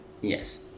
Yes